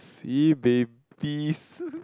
sibeh peace